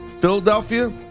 Philadelphia